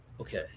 Okay